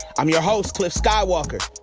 i'm your host, cliff skighwalker.